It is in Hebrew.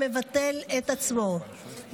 שמבטא את עצמו,